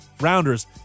Rounders